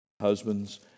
Husbands